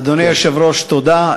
אדוני היושב-ראש, תודה.